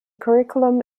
curriculum